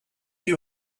you